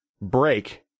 break